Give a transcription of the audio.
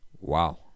wow